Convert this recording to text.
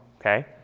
okay